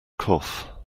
cough